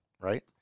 right